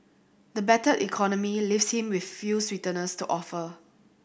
the battered economy leaves him with few sweeteners to offer